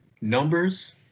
numbers